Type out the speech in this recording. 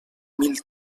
mil